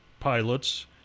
pilots